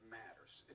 matters